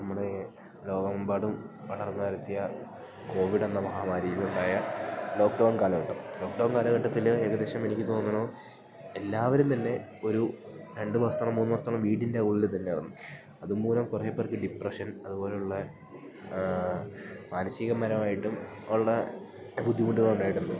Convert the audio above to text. നമ്മുടെ ലോകം എമ്പാടും പടർന്ന് പരത്തിയ കോവിഡെന്ന മഹാമാരിയിലുണ്ടായ ലോക്ക്ഡൗൺ കാലഘട്ടം ലോക്ക്ഡൗൺ കാലഘട്ടത്തില് ഏകദേശം എനിക്ക് തോന്നണു എല്ലാവരും തന്നെ ഒരു രെണ്ട് മാസത്തോളം മൂന്ന് മാസത്തോളം വീട്ടിൻ്റെ ഉള്ളി തന്നെയാർന്നു അതുമൂലം കൊറേ പേർക്ക് ഡിപ്രഷൻ അതുപോലുള്ള മാനസികപരമായിട്ടും ഒള്ള ബുദ്ധിമുട്ടുകളൊണ്ടായിട്ടൊണ്ട്